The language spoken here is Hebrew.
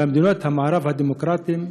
במדינות המערב הדמוקרטיות,